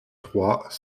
trois